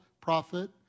prophet